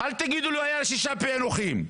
אל תגידו לי שהיו שישה פיענוחים,